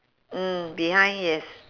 mm behind yes